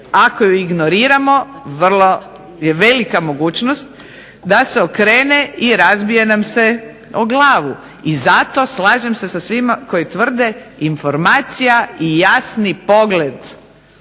ako ju ignoriramo vrlo je velika mogućnost da se okrene i razbije nam se u glavu. I zato slažem se sa svima koji tvrde informacija i jasni pogled